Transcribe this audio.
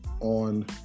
on